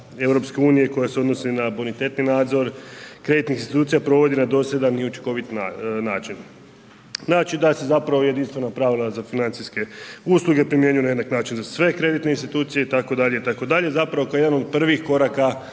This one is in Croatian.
politika EU koja se odnosi na bonitetni nadzor kreditnih institucija provodi na dosljedan i učinkovit način. Znači da se zapravo jedinstvena pravila za financijske usluge primjenjuju na jednak način za sve kreditne institucije itd., itd., zapravo kao jedan od prvih koraka